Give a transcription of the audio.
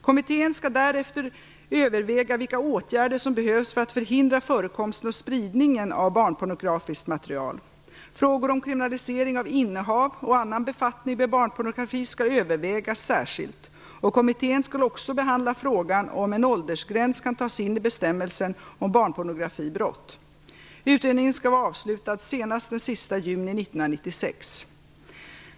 Kommittén skall därefter överväga vilka åtgärder som behövs för att förhindra förekomsten och spridningen av barnpornografiskt material. Frågor om kriminalisering av innehav och annan befattning med barnpornografi skall övervägas särskilt, och kommittén skall också behandla frågan om en åldersgräns kan tas in i bestämmelsen om barnpornografibrott. Utredningen skall vara avslutad senast den sista juni 1996.